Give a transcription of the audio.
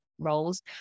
roles